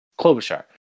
Klobuchar